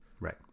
Right